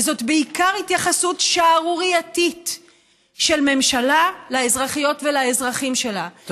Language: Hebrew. וזאת בעיקר התייחסות שערורייתית של ממשלה לאזרחיות ולאזרחים שלה,